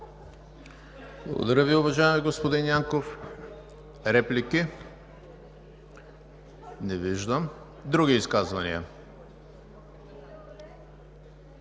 Благодаря Ви, уважаеми господин Янков. Реплики? Не виждам. Други изказвания?